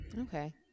Okay